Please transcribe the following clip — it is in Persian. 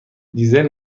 دیزل